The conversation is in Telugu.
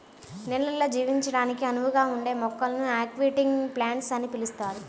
నీళ్ళల్లో జీవించడానికి అనువుగా ఉండే మొక్కలను అక్వాటిక్ ప్లాంట్స్ అని పిలుస్తారు